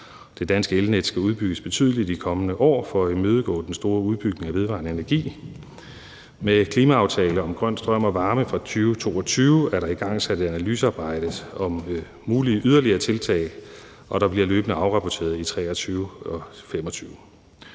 Det danske elnet skal udbygges betydeligt i de kommende år for at imødekomme den store udbygning af vedvarende energi. Med »Klimaaftale om grøn strøm og varme fra 2022« er der igangsat et analysearbejde om mulige yderligere tiltag, og der bliver løbende afrapporteret i 2023 og 2025.